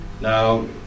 Now